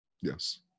yes